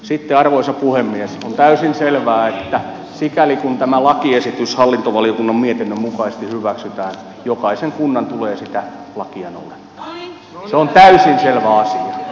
sitten arvoisa puhemies on täysin selvää että sikäli kuin tämä lakiesitys hallintovaliokunnan mietinnön mukaisesti hyväksytään jokaisen kunnan tulee sitä lakia noudattaa se on täysin selvä asia